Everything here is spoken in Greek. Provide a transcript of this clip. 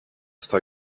στο